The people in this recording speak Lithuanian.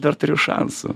dar turiu šansų